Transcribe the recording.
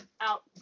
out